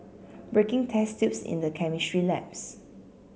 breaking test tubes in the chemistry labs